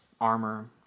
armor